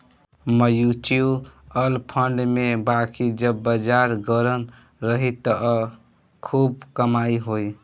mutual fund में बाकी जब बाजार गरम रही त खूब कमाई होई